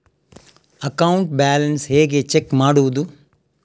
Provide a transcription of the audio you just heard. Account balance ಹೇಗೆ check ಮಾಡುವುದು?